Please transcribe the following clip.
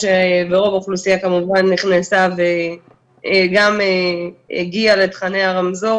ורוב האוכלוסייה כמובן נכנסה וגם הגיעה לתכני הרמזור